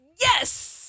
Yes